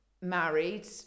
married